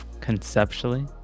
conceptually